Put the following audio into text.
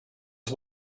his